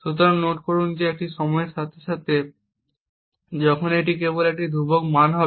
সুতরাং নোট করুন যে এটি সময়ের সাথে সাথে যখন এটি কেবল একটি ধ্রুবক মান হবে